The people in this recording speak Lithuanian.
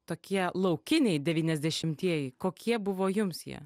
tokie laukiniai devyniasešimtieji kokie buvo jums jie